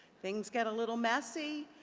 things get a little messy.